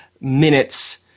minutes